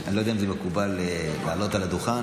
אני קובע שהצעת חוק העונשין